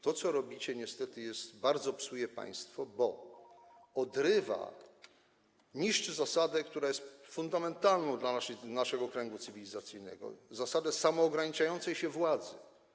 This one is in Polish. To, co robicie, niestety bardzo psuje państwo, bo niszczy zasadę, która jest fundamentalna dla naszego kręgu cywilizacyjnego, zasadę samoograniczającej się władzy.